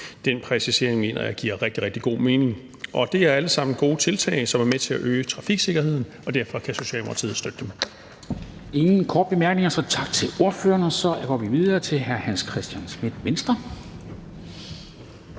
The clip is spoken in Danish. jeg giver rigtig, rigtig god mening. De er alle sammen gode tiltag, som er med til at øge trafiksikkerheden, og derfor kan Socialdemokratiet støtte dem.